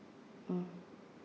mm